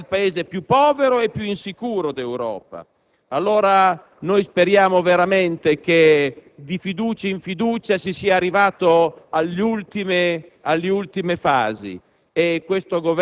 l'Italia è il Paese più povero e più insicuro d'Europa. Noi speriamo veramente che, di fiducia in fiducia, si sia arrivati alle ultime fasi